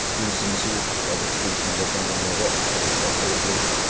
ꯁ꯭ꯀꯨꯜꯁꯤꯡꯁꯨ private ꯁ꯭ꯀꯨꯜꯁꯤꯡꯒ ꯆꯥꯡꯗꯝꯅꯕ ꯍꯧꯕ ꯍꯧꯔꯛꯂꯦ